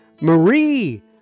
Marie